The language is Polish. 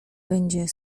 będzie